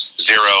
zero